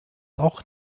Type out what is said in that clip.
auch